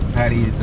paddy